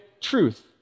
truth